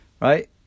right